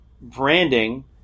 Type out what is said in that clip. branding